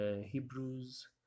Hebrews